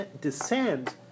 Descend